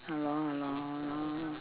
ya lor ya lor ya lor